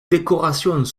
décorations